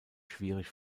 schwierig